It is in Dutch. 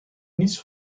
niets